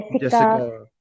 Jessica